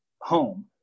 home